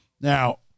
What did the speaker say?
Now